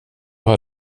har